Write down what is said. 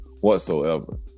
whatsoever